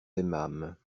aimâmes